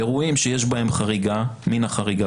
אירועים שיש בהם מן החריגה,